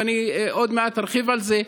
ועוד מעט ארחיב על זה,